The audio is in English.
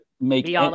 make